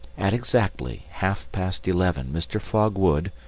at exactly half-past eleven mr. fogg would,